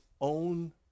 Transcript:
own